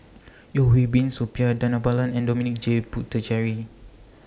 Yeo Hwee Bin Suppiah Dhanabalan and Dominic J Puthucheary